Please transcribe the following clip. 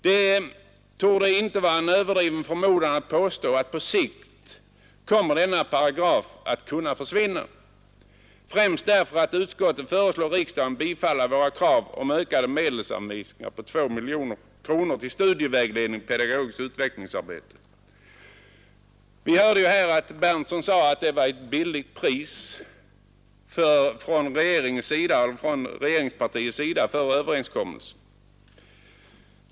Det torde inte vara en överdriven förmodan att påstå att denna paragraf på sikt kommer att kunna försvinna, främst därför att utskottet föreslår riksdagen att bifalla våra krav på ökade medelsanvisningar på 2 miljoner kronor till studievägledning och pedagogiskt utvecklingsarbete. Vi hörde herr Berndtson i Linköping säga att priset för denna överenskommelse var billigt för regeringen.